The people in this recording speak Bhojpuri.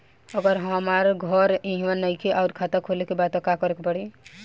अगर हमार घर इहवा नईखे आउर खाता खोले के बा त का करे के पड़ी?